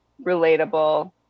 relatable